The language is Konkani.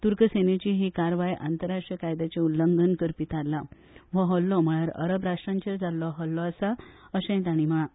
तुर्क सेनेची ही कारवाय आंतरराष्ट्रीय कायद्याचे उल्लंघन करपी थारल्या हो हल्लो म्हळ्यार अरब राष्ट्रांचेर जाल्लो हल्लो आसा अर्शेय तांणी म्हळां